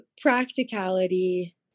practicality